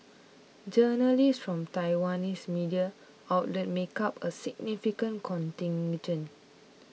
journalists from Taiwanese media outlets make up a significant contingent